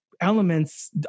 elements